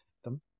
system